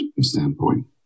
standpoint